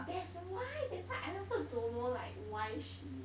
that's why that's why I also don't know like why she